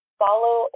follow